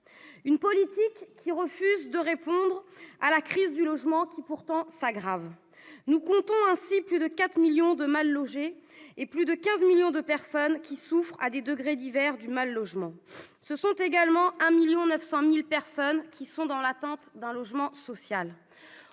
en quelque sorte, de répondre à la crise du logement, qui pourtant s'aggrave. La France compte ainsi plus de 4 millions de mal-logés et plus de 15 millions de personnes souffrant à des degrés divers du mal-logement. En outre, 1,9 million de personnes sont dans l'attente d'un logement social.